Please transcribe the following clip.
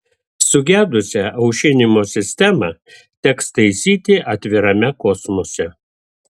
sugedusią aušinimo sistemą teks taisyti atvirame kosmose